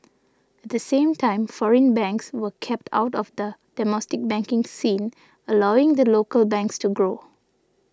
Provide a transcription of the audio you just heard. at the same time foreign banks were kept out of the domestic banking scene allowing the local banks to grow